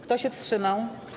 Kto się wstrzymał?